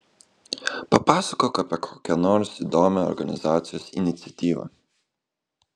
papasakok apie kokią nors įdomią organizacijos iniciatyvą